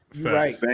right